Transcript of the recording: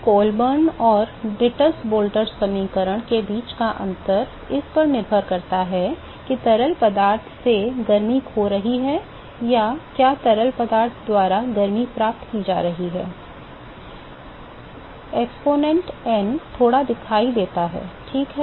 तो कोलबर्न और Dittus Boelter समीकरण के बीच का अंतर इस पर निर्भर करता है कि तरल पदार्थ से गर्मी खो रही है या क्या तरल पदार्थ द्वारा गर्मी प्राप्त की जाती है एक्सपोनेंट n थोड़ा दिखाई देता है ठीक है